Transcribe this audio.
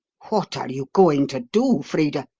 what are you going to do, frida?